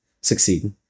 succeed